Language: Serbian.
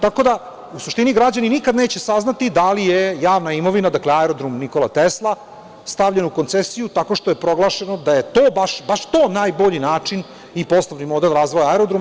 Tako da, u suštini, građani nikad neće saznati da li je javna imovina, dakle, aerodrom „Nikola Tesla“ stavljen u koncesiju tako što je proglašeno da je to, baš to najbolji način i poslovni model razvoja aerodroma.